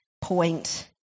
point